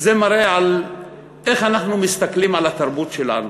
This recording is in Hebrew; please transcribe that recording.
זה מראה איך אנחנו מסתכלים על התרבות שלנו.